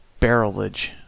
barrelage